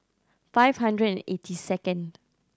five hundred and eighty second